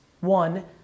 One